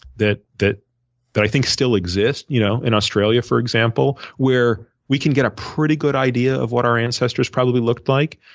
that that i think still exist you know in australia, for example, where we can get a pretty good idea of what our ancestors probably look like.